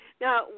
Now